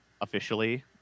officially